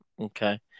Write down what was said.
Okay